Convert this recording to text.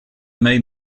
made